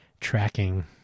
tracking